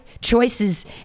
choices